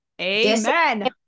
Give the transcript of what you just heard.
Amen